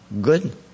good